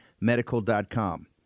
medical.com